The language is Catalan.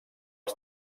als